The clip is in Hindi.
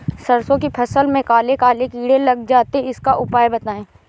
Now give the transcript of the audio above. सरसो की फसल में काले काले कीड़े लग जाते इसका उपाय बताएं?